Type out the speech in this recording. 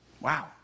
Wow